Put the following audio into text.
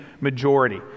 majority